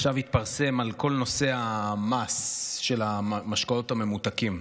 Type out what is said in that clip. עכשיו התפרסם על כל נושא המס של המשקאות הממותקים,